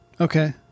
Okay